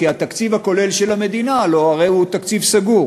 כי התקציב הכולל של המדינה הרי הוא תקציב סגור.